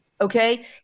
Okay